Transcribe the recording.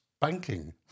banking